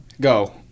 Go